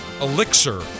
elixir